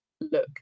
look